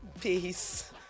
Peace